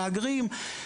מהגרים,